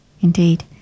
indeed